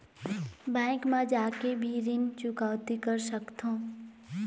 Bank मा जाके भी ऋण चुकौती कर सकथों?